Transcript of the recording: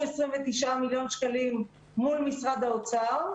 29 מיליוני שקלים מול משרד האוצר.